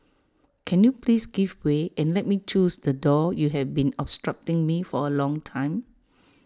can you please give way and let me close the door you have been obstructing me for A long time